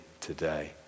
today